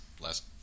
last